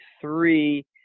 three